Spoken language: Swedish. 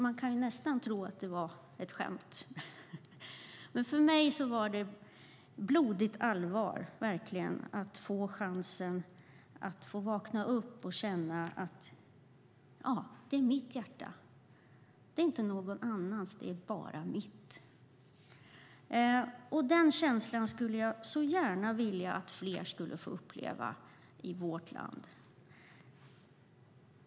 Man kan nästan tro att det var ett skämt, men för mig var det verkligen blodigt allvar att få chansen, att vakna upp och känna att det är mitt hjärta, inte någon annans utan bara mitt. Den känslan skulle jag så gärna vilja att fler i vårt land får uppleva.